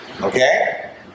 Okay